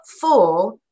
four